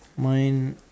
mine